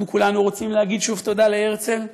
אנחנו כולנו רוצים להגיד שוב תודה להרצל,